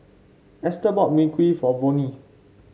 Esther bought Mui Kee for Vonnie